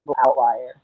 outlier